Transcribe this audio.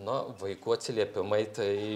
nu vaikų atsiliepimai tai